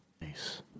Nice